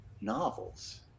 novels